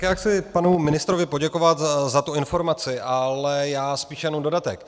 Já chci panu ministrovi poděkovat za tu informaci, ale já mám spíš jenom dodatek.